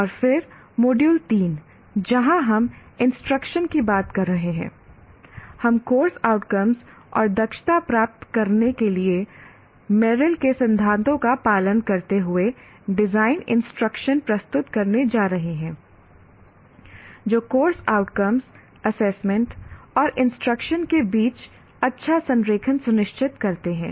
और फिर मॉड्यूल 3 जहां हम इंस्ट्रक्शन की बात कर रहे हैं हम कोर्स आउटकम्स और दक्षता प्राप्त करने के लिए मेरिल के सिद्धांतों का पालन करते हुए डिजाइन इंस्ट्रक्शन प्रस्तुत करने जा रहे हैं जो कोर्स आउटकम्स एसेसमेंट और इंस्ट्रक्शन के बीच अच्छा संरेखण सुनिश्चित करते हैं